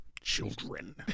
Children